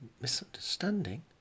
Misunderstanding